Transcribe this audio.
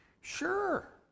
Sure